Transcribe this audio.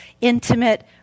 intimate